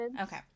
Okay